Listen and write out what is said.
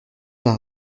d’un